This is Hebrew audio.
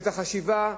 ואת החשיבה,